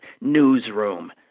newsroom